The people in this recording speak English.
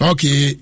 Okay